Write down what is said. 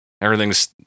Everything's